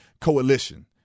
Coalition